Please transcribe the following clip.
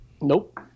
Nope